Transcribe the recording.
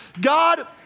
God